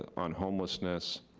on homelessness,